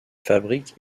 fabrique